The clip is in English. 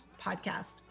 podcast